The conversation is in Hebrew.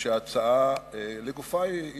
שההצעה לגופה היא פשוטה,